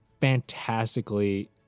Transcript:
fantastically